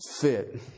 fit